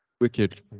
Wicked